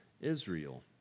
Israel